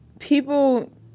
People